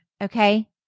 Okay